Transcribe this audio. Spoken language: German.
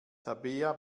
tabea